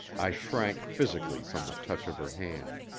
i shrank physically from the touch of her hand.